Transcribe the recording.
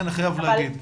אלין, אני חייב להגיד,